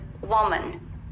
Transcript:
woman